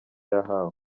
yahawe